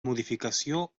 modificació